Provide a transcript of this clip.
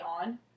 on